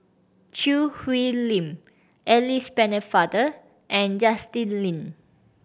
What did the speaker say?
Choo Hwee Lim Alice Pennefather and Justin Lean